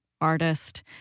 artist